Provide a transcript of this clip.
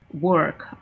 work